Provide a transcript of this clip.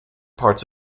parts